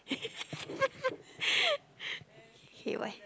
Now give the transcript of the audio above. okay one